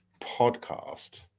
podcast